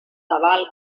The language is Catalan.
tabal